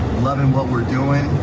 loving what we're doing.